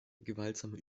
gewaltsame